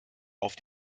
auf